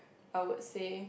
I would say